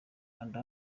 kanda